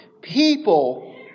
People